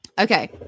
Okay